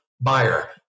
buyer